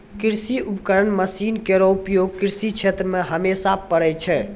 कृषि उपकरण मसीन केरो उपयोग कृषि क्षेत्र मे हमेशा परै छै